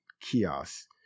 kiosks